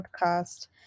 podcast